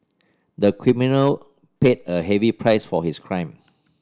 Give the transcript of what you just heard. the criminal paid a heavy price for his crime